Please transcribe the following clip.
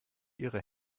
ihre